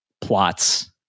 plots